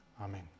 Amen